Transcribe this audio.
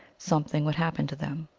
something would happen to them.